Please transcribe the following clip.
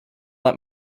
let